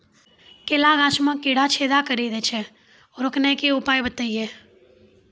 केला गाछ मे कीड़ा छेदा कड़ी दे छ रोकने के उपाय बताइए?